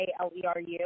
A-L-E-R-U